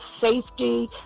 safety